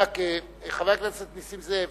חבר הכנסת נסים זאב,